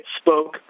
spoke